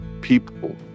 people